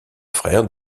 frère